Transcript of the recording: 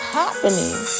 happening